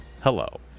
hello